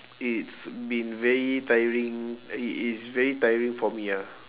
it's been very tiring it is very tiring for me ah